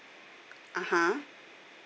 (uh huh)